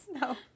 no